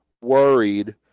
worried